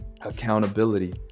Accountability